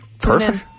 Perfect